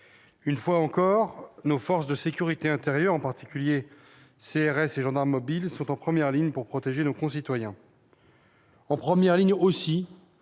Une fois encore, nos forces de sécurité intérieure, en particulier CRS et gendarmes mobiles, sont en première ligne pour protéger nos concitoyens.